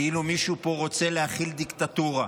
כאילו מישהו פה רוצה להחיל דיקטטורה,